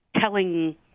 telling